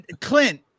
Clint